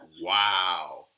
Wow